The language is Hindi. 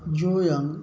जो अंग